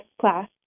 class